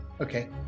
Okay